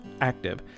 active